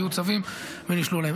ויהיו צווים ונשלול להם.